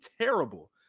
terrible